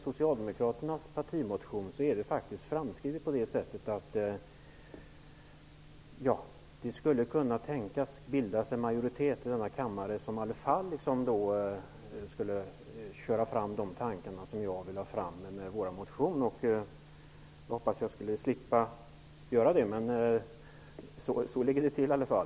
Socialdemokraternas partimotion är skriven på det sättet att det kan tänkas att det skulle kunna bildas en majoritet i denna kammare som för fram de tankar som jag har i vår motion. Jag hoppas att jag skulle slippa det, men så ligger det till i alla fall.